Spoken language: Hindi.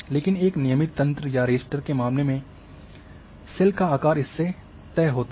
लेकिन एक नियमित तंत्र या रास्टर के मामले में सेल का आकार इससे तय होता है